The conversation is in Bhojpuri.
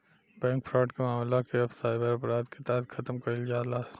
बैंक फ्रॉड के मामला के अब साइबर अपराध के तहत खतम कईल जाता